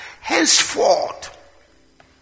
Henceforth